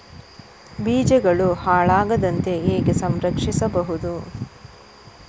ಬೀಜಗಳು ಹಾಳಾಗದಂತೆ ಹೇಗೆ ಸಂರಕ್ಷಿಸಬಹುದು?